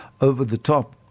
over-the-top